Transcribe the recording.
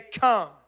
Come